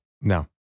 No